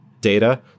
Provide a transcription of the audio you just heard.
data